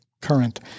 current